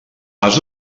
has